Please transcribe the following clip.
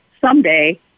someday